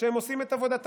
על כך שהם עושים את עבודתם.